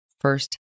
first